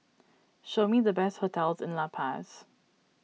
show me the best hotels in La Paz